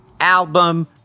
album